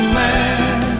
man